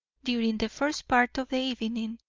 during the first part of the evening,